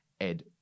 Ed